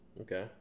Okay